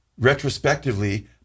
retrospectively